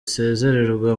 isezererwa